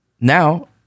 Now